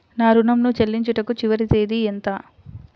నా ఋణం ను చెల్లించుటకు చివరి తేదీ ఎంత?